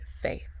faith